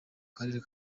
karere